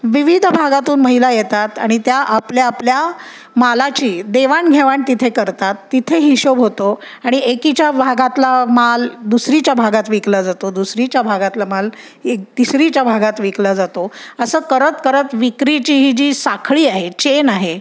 विविध भागातून महिला येतात आणि त्या आपल्या आपल्या मालाची देवाणघेवाण तिथे करतात तिथे हिशेब होतो आणि एकीच्या भागातला माल दुसरीच्या भागात विकला जातो दुसरीच्या भागातला माल एक तिसरीच्या भागात विकला जातो असं करत करत विक्रीची ही जी साखळी आहे चेन आहे